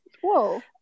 Whoa